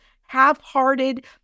half-hearted